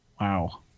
Wow